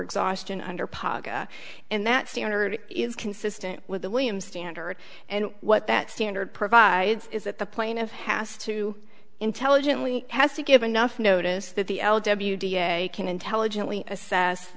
exhaustion under paga and that standard is consistent with the wm standard and what that standard provides is that the plaintiff has to intelligently has to give enough notice that the l w da can intelligently assess